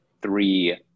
three